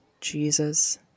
Jesus